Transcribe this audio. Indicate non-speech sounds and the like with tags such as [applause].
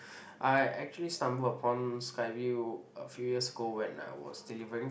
[breath] I actually stumble upon Skyview a few years ago when I was delivering